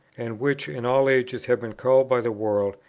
and which in all ages have been called by the world,